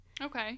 Okay